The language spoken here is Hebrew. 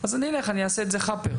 אז אני אלך ואעשה את זה "חאפר",